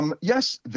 Yes